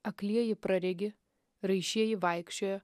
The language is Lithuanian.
aklieji praregi raišieji vaikščioja